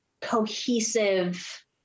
cohesive